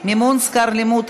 מימון שכר לימוד),